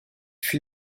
fut